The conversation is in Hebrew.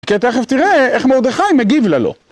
כי תכף תראה איך מרדכי מגיב ללא